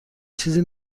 چیزی